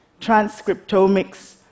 transcriptomics